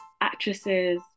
actresses